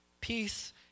Peace